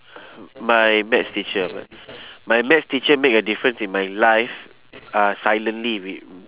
my maths teacher my maths teacher make a difference in my life uh silently wi~